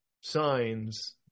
signs